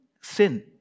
sin